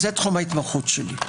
זה תחום ההתמחות שלי.